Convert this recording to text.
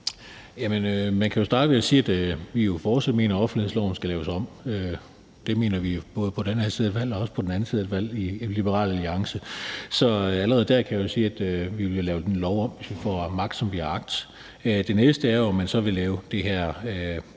Man kan starte med at sige, at vi jo fortsat mener, at offentlighedsloven skal laves om. Det mener vi både på den her side af et valg og på den anden side af et valg i Liberal Alliance. Så allerede der kan jeg sige, at vi jo vil lave den lov om, hvis vi får magt, som vi har agt. Det næste er jo, om man så vil lave det her